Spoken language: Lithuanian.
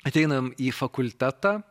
ateinam į fakultetą